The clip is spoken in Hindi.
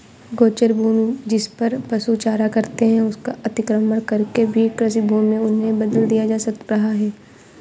गोचर भूमि, जिसपर पशु चारा चरते हैं, उसका अतिक्रमण करके भी कृषिभूमि में उन्हें बदल दिया जा रहा है